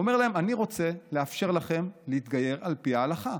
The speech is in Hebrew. הוא אומר להם: אני רוצה לאפשר לכם להתגייר על פי ההלכה.